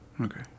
Okay